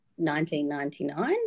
1999